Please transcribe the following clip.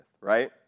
right